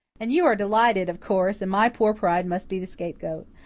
and you are delighted, of course, and my poor pride must be the scapegoat.